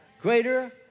greater